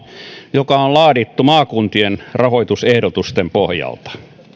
joka on laadittu maakuntien rahoitusehdotusten pohjalta